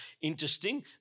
Interesting